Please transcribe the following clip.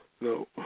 No